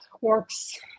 works